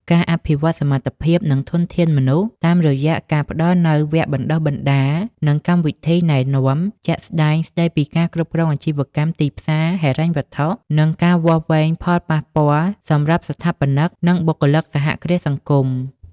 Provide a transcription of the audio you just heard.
ការអភិវឌ្ឍសមត្ថភាព និងធនធានមនុស្ស តាមរយះការផ្តល់នូវវគ្គបណ្តុះបណ្តាល និងកម្មវិធីណែនាំ ជាក់ស្តែងស្តីពីការគ្រប់គ្រងអាជីវកម្ម ទីផ្សារ ហិរញ្ញវត្ថុ និងការវាស់វែងផលប៉ះពាល់សម្រាប់ស្ថាបនិក និងបុគ្គលិកសហគ្រាសសង្គម ។